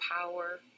power